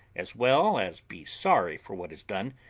as well as be sorry for what is done,